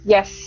Yes